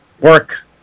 work